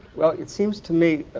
well, it seems to me.